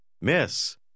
Miss